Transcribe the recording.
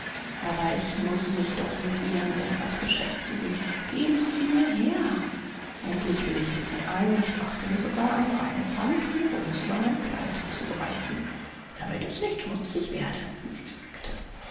aber ich muß mich doch mit irgend etwas beschäftigen geben sie sie nur her endlich willigte sie ein und brachte mir sogar ein reines handtuch um es über mein kleid zu breiten damit es nicht schmutzig werde wie sie sagte